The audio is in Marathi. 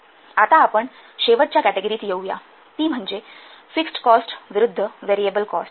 आता आपण शेवटच्या कॅटेगरीत येऊया ती म्हणजे फिक्स्ड कॉस्ट विरूद्ध व्हेरिएबल कॉस्ट